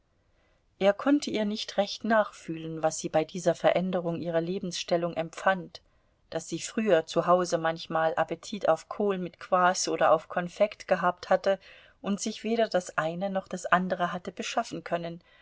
er konnte ihr nicht recht nachfühlen was sie bei dieser veränderung ihrer lebensstellung empfand daß sie früher zu hause manchmal appetit auf kohl mit kwaß oder auf konfekt gehabt hatte und sich weder das eine noch das andere hatte beschaffen können